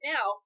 Now